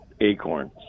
acorns